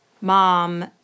Mom